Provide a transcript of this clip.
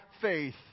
faith